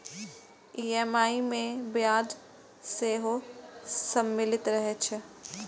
EMI मे ब्याज सेहो सम्मिलित रहै छै